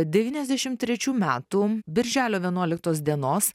devyniasdešim trečių metų birželio vienuoliktos dienos